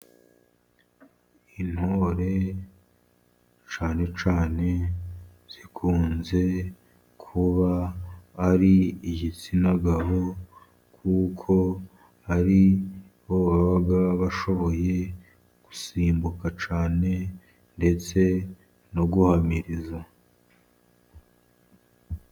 Intore cyane cyane zikunze kuba ari igitsina gabo, kuko ari bo baba bashoboye gusimbuka cyane ndetse no guhamiriza.